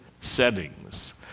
settings